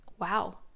wow